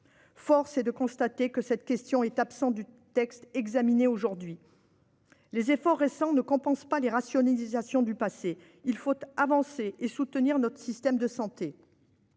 Force est de constater que cette question est absente du texte examiné aujourd'hui. Les efforts récents ne compensent pas les rationalisations du passé. Il faut avancer et soutenir notre système de santé.